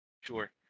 Sure